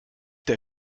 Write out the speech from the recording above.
der